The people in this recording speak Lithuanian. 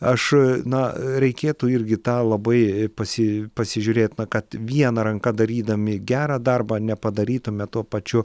aš na reikėtų irgi tą labai pasi pasižiūrėt na kad viena ranka darydami gerą darbą nepadarytume tuo pačiu